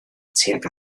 tuag